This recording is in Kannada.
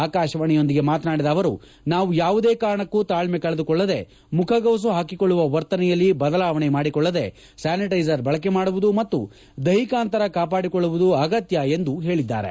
ಆಕಾಶವಾಣಿಯೊಂದಿಗೆ ಮಾತನಾಡಿದ ಅವರು ನಾವು ಯಾವುದೇ ಕಾರಣಕ್ಕೂ ತಾಳ್ಮೆ ಕಳೆದುಕೊಳ್ಳದೇ ಮುಖಗವಸು ಹಾಕಿಕೊಳ್ಳುವ ವರ್ತನೆಯಲ್ಲಿ ಬದಲಾವಣೆ ಮಾಡಿಕೊಳ್ಳದೇ ಸ್ಕಾನಿಟ್ಟೆಸರ ಬಳಕೆ ಮಾಡುವುದು ಮತ್ತು ದೈಹಿಕ ಅಂತರ ಕಾಪಾಡಿಕೊಳ್ಳುವುದು ಅಗತ್ತ ಎಂದು ಅವರು ತಿಳಿಸಿದ್ದಾರೆ